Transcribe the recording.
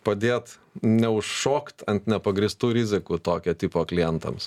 padėt neužšokt ant nepagrįstų rizikų tokio tipo klientams